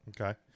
Okay